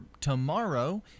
tomorrow